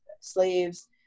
slaves